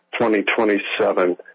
2027